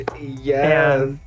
yes